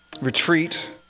Retreat